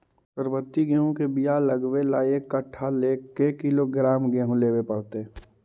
सरबति गेहूँ के बियाह लगबे ल एक कट्ठा ल के किलोग्राम गेहूं लेबे पड़तै?